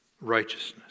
Righteousness